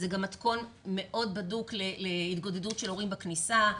זה גם מתכון מאוד בדוק להתגודדות של הורים בכניסה,